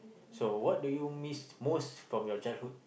so what do you miss most from your childhood